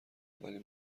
اولین